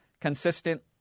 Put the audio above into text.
consistent